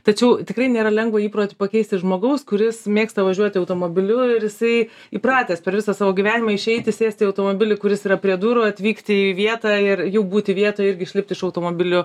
tačiau tikrai nėra lengva įprotį pakeisti žmogaus kuris mėgsta važiuoti automobiliu ir jisai įpratęs per visą savo gyvenimą išeiti sėsti į automobilį kuris yra prie durų atvykti į vietą ir jau būti vietoje irgi išlipti iš automobilio